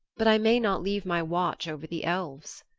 but i may not leave my watch over the elves.